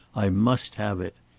i must have it.